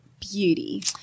beauty